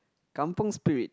kampung Spirit